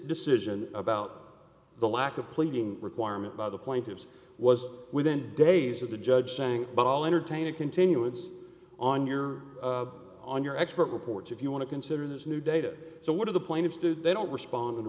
decision about the lack of pleading requirement by the plaintiffs was within days of the judge saying but i'll entertain a continuance on your on your expert reports if you want to consider this new data so what are the plaintiffs do they don't respond to